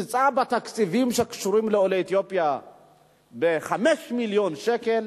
קיצצה בתקציבים שקשורים לעולי אתיופיה 5 מיליון שקל,